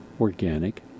organic